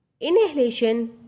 inhalation